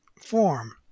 form